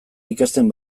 ikasten